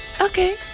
okay